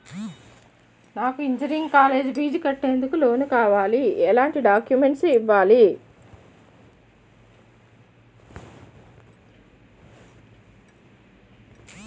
నాకు engineering college fee కట్టేందుకు loan కావాలి, ఎందుకు ఎలాంటి డాక్యుమెంట్స్ ఇవ్వాలి?